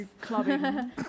clubbing